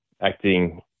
acting